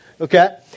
Okay